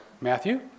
Matthew